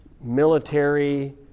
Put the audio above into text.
military